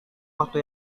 waktu